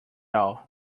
all